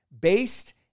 based